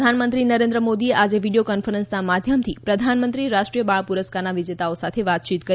બાળ પુરસ્કાર પ્રધાનમંત્રી નરેન્દ્ર મોદીએ આજે વીડિયો કોન્ફરન્સના માધ્યમથી પ્રધાનમંત્રી રાષ્ટ્રીય બાળ પુરસ્કારના વિજેતાઓ સાથે વાતચીત કરી